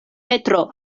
petro